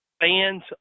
fans